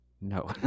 No